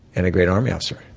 and a great army officer.